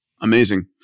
amazing